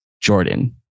Jordan